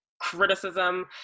criticism